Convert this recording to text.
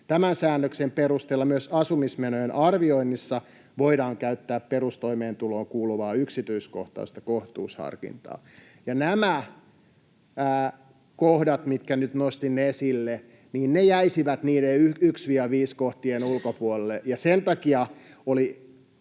Tämän säännöksen perusteella myös asumismenojen arvioinnissa voidaan käyttää perustoimeentuloon kuuluvaa yksityiskohtaista kohtuusharkintaa. Nämä kohdat, mitkä nyt nostin esille, jäisivät niiden 1—5 kohtien ulkopuolelle, ja sen takia oli